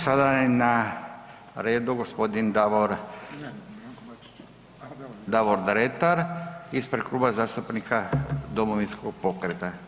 Sada je na redu gospodin Davor Dretar, ispred Kluba zastupnika Domovinskog pokreta.